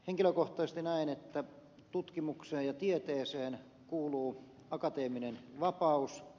henkilökohtaisesti näen että tutkimukseen ja tieteeseen kuuluu akateeminen vapaus